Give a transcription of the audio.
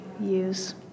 use